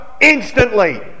Instantly